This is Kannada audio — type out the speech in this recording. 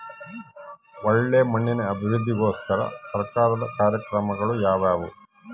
ಒಳ್ಳೆ ಮಣ್ಣಿನ ಅಭಿವೃದ್ಧಿಗೋಸ್ಕರ ಸರ್ಕಾರದ ಕಾರ್ಯಕ್ರಮಗಳು ಯಾವುವು?